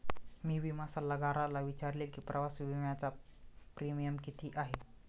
मी विमा सल्लागाराला विचारले की प्रवास विम्याचा प्रीमियम किती आहे?